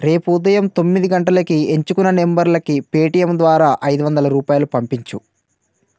రేపు ఉదయం తొమ్మిది గంటలకి ఎంచుకున్న నంబర్లకి పేటిఎమ్ ద్వారా ఐదు వందల రూపాయలు పంపించు